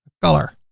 color.